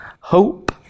hope